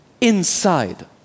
inside